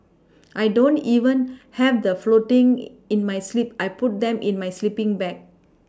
I don't even have the floating in my sleep I put them in my sleePing bag